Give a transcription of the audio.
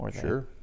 Sure